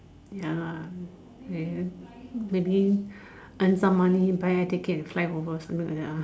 ya lah maybe earn some money buy a ticket to fly over something like that lah